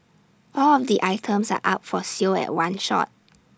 all of the items are up for sale at one shot